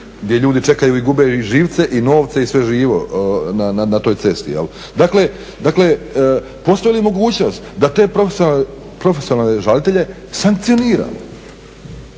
gdje ljudi čekaju i gube i živce i novce i sve živo na toj cesti jel'. Dakle, postoji li mogućnost da te profesionalne žalitelje sankcioniramo,